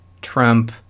Trump